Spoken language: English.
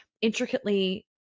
intricately